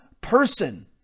person